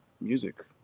music